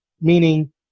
meaning